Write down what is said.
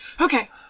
Okay